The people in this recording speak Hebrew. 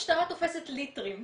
תופסת ליטרים,